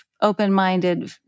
open-minded